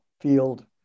field